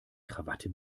krawatte